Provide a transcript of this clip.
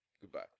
Goodbye